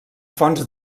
fonts